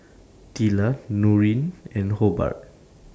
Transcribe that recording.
Tilla Noreen and Hobart